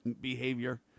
behavior